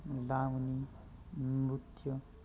लावणी नृत्य